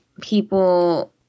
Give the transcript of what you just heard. people